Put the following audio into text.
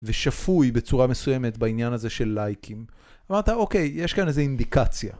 ושפוי בצורה מסוימת בעניין הזה של לייקים. אמרת, אוקיי, יש כאן איזו אינדיקציה.